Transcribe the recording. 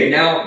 Now